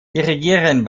dirigieren